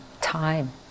time